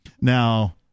Now